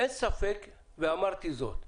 אין ספק, ואמרתי את זה,